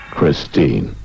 Christine